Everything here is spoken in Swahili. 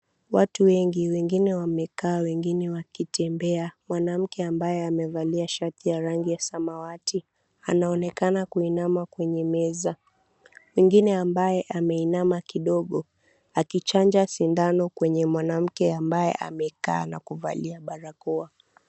Watu wengi wengine wamekaa, wengine wakitembea. Mwanamke ambaye aliyevalia shati ya rangi ya samawati anaonekana kuinama kwenye meza. Mwingine ambaye ameinama kidogo akichanja sindano kwenye mwanamke ambaye amekaa na kuvalia barakoa.